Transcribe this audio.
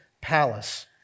palace